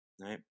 right